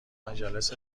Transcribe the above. مجالس